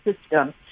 system